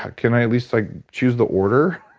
can i at least, like, choose the order?